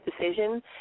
decision